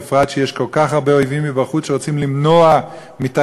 בפרט שיש כל כך הרבה אויבים מבחוץ שרוצים למנוע מתיירים,